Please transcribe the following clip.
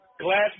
glass